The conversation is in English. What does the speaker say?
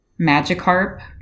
Magikarp